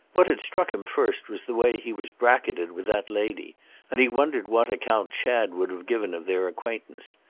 what had struck him first was the way he was bracketed with that lady and he wondered what account chad would have given of their acquaintance.